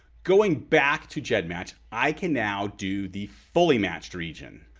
going back to gedmatch i can now do the fully matched region.